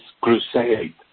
crusade